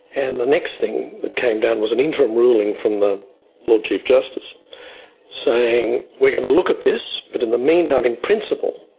and the next thing that came down was an interim ruling from the lord chief justice saying we're going to look at this, but in the meantime, in principle,